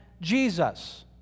Jesus